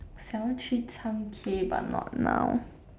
想要去唱 K but not now